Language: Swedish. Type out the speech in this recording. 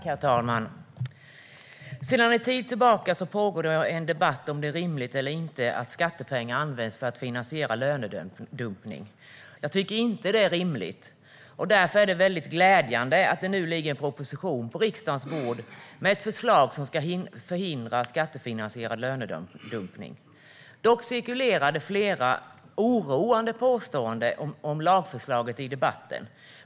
Herr talman! Sedan en tid tillbaka pågår det en debatt om det är rimligt eller inte att skattepengar används för att finansiera lönedumpning. Jag tycker inte att det är rimligt, och därför är det glädjande att det ligger en proposition på riksdagens bord om att förhindra skattefinansierad lönedumpning. Dock cirkulerar det flera oroande påståenden om lagförslaget i debatten.